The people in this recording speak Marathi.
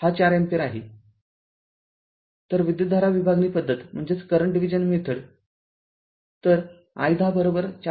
तरविद्युतधारा विभागणी पद्धत तर i१० ४